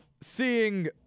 seeing